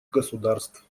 государств